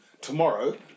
tomorrow